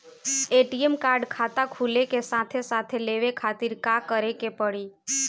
ATM card खाता खुले के साथे साथ लेवे खातिर का करे के पड़ी?